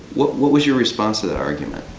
what what was your response to that argument?